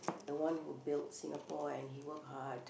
the one who built Singapore and he work hard